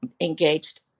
engaged